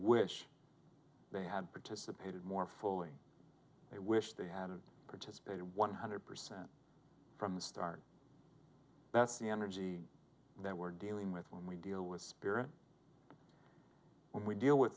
wish they had participated more fully they wish they hadn't participated one hundred percent from the start that's the energy that we're dealing with when we deal with spirit when we deal with